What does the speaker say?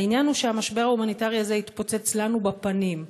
העניין הוא שהמשבר ההומניטרי הזה יתפוצץ לנו בפנים.